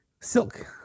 silk